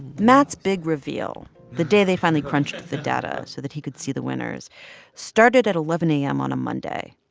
matt's big reveal the day they finally crunched the data so that he could see the winners started at eleven a m. on a monday.